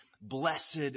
Blessed